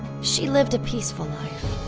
she lived a peaceful life,